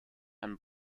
ein